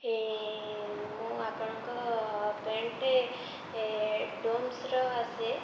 ଏ ମୁଁ ଆପଣଙ୍କ ପେଣ୍ଟ୍ଟେ ଡୋମ୍ସର ଆସେ